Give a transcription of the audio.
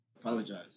apologize